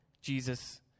Jesus